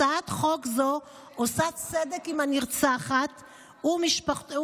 הצעת חוק זו עושה צדק עם הנרצחת ומשפחתה.